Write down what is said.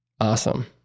Awesome